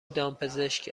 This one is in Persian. دامپزشک